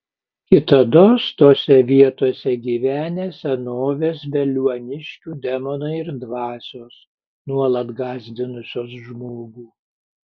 kitados tose vietose gyvenę senovės veliuoniškių demonai ir dvasios nuolat gąsdinusios žmogų